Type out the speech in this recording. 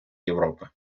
європи